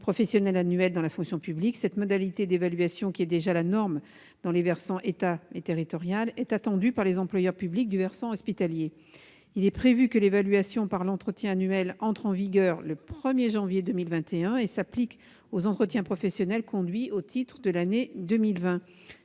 professionnel annuel dans la fonction publique. Cette modalité d'évaluation, qui est déjà la norme dans les versants État et territorial, est attendue par les employeurs publics du versant hospitalier. Il est prévu que l'évaluation par entretien annuel entre en vigueur le 1 janvier 2021, et s'applique aux entretiens professionnels conduits au titre de l'année 2020.